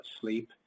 sleep